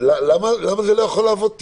למה זה לא יכול לעבוד טבעי?